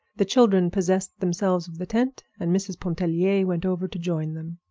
the children possessed themselves of the tent, and mrs. pontellier went over to join them.